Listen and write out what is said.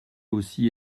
aussi